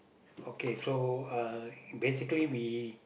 okay so uh basically we